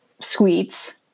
sweets